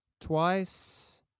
twice